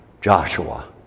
Joshua